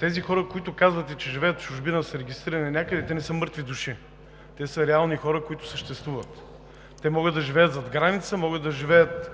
Тези хора, които казвате, че живеят в чужбина, а са регистрирани някъде, не са мъртви души, те са реални хора, които съществуват. Те могат да живеят зад граница, могат да живеят